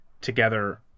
together